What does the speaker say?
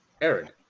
Aaron